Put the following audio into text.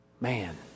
Man